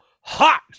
Hot